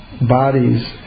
bodies